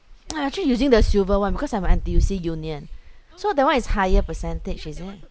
no I actually using the silver one because I'm N_T_U_C union so that one is higher percentage is it